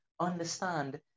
understand